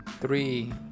three